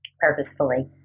purposefully